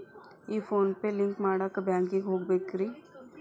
ಈ PhonePe link ಮಾಡಾಕ ಬ್ಯಾಂಕಿಗೆ ಹೋಗ್ಬೇಕೇನ್ರಿ?